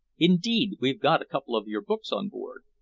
indeed, we've got a couple of your books on board.